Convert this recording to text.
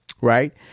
right